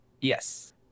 Yes